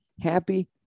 Happy